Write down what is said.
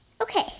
Okay